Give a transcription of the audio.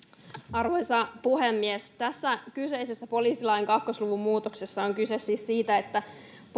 arvoisa puhemies tässä kyseisessä poliisilain kahden luvun muutoksessa on kyse siis siitä että